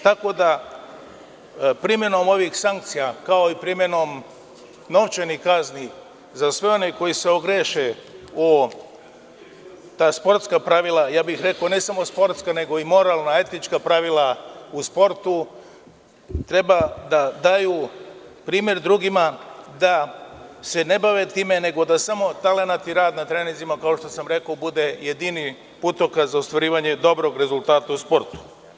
Tako da primenom ovih sankcija, kao i primenom novčanih kazni za sve one koji se ogreše o ta sportska pravila, ja bih rekao ne samo sportska, nego i moralna, etička pravila u sportu, treba da daju primer drugima da se ne bave time, nego da samo talenat i rad na treninzima, kao što sam rekao, bude jedini putokaz za ostvarivanje dobrog rezultata u sportu.